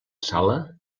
sala